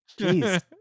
Jeez